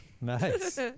Nice